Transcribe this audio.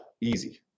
Easy